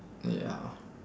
ya